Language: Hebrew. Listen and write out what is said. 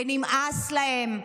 ונמאס להם.